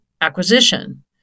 acquisition